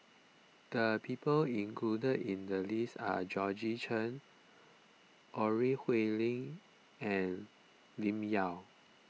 the people included in the list are Georgette Chen Ore Huiying and Lim Yau